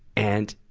and,